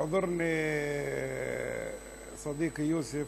(אומר דברים בערבית,